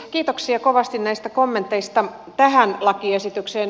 kiitoksia kovasti näistä kommenteista tähän lakiesitykseen